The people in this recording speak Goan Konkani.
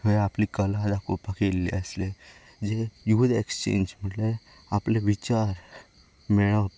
थंय आपली कला दाखोवपाक आयल्ले आसले जे इट वोज एक्शचेंज म्हटल्यार आपले विचार मेळप